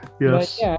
Yes